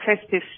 festive